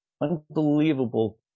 unbelievable